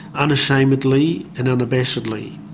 unashamedly and unabashedly.